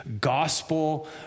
gospel